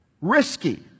risky